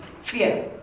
Fear